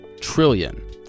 trillion